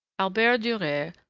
albert durer,